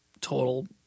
total